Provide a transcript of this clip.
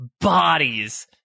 bodies